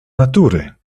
natury